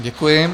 Děkuji.